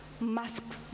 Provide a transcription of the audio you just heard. masks